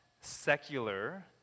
secular